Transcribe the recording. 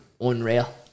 unreal